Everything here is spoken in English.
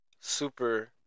super